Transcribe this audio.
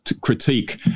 critique